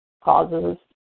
causes